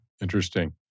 Interesting